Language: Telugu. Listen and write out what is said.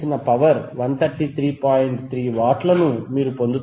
3 వాట్ల ని మీరు పొందుతారు